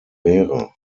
wäre